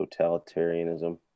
totalitarianism